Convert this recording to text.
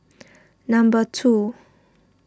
number two